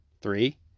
Three